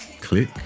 click